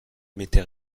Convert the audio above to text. mettait